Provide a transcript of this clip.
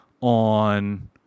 on